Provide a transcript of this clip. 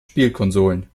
spielkonsolen